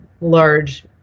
large